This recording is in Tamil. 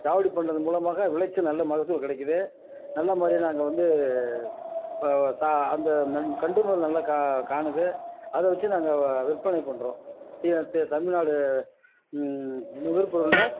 சாகுபடி பண்ணுறதன் மூலமாக விளைச்சல் நல்ல மகசூல் கிடைக்குது நல்ல முறையா நாங்கள் வந்து சா அந்த கண்டு முதல் நல்லா கா காணுது அதை வச்சி நாங்கள் விற்பனை பண்ணுறோம் தமிழ் நாடு எங்கள் ஊர் பொதுவில்